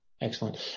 Excellent